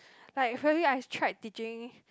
like for me I've tried teaching